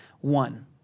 One